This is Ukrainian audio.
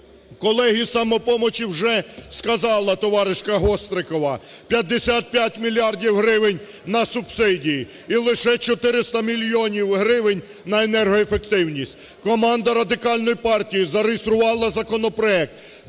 Колеги "Самопомочі", вже сказала товаришка Острікова, 55 мільярдів гривень – на субсидії, і лише 400 мільйонів гривень – на енергоефективність. Команда Радикальної партії зареєструвала законопроект,